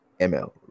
ML